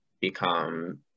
become